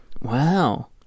Wow